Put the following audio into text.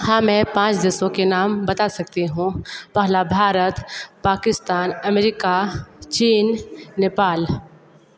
हाँ मैं पाँच देशों के नाम बता सकती हूँ पहला भारत पाकिस्तान अमरिका चीन नेपाल